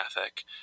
ethic